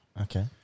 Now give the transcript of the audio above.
Okay